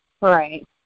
Right